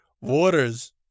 Waters